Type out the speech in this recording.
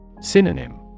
Synonym